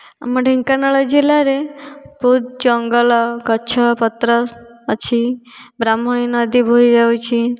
ଆମ ଢେଙ୍କାନାଳ ଜିଲ୍ଲାରେ ବହୁତ ଜଙ୍ଗଲ ଗଛ ପତ୍ର ଅଛି ବ୍ରାହ୍ମଣୀ ନଦୀ ବୋହି ଯାଉଛି